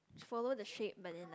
follow the shape but then like